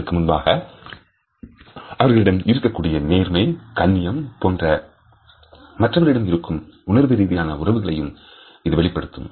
இதற்கு முன்பாக அவர்களிடம் இருக்கக்கூடிய நேர்மை கண்ணியம் போன்ற மற்றவர்களிடம் இருக்கும் உணர்வுரீதியான உறவுகளையும் இது வெளிப்படுத்தும்